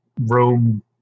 Rome